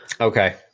Okay